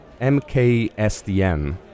MKSDN